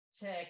check